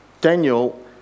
Daniel